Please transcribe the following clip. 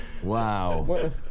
Wow